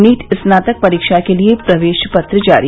NEET स्नातक परीक्षा के लिए प्रवेश पत्र जारी